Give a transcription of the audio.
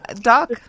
Doc